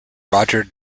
roger